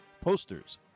Posters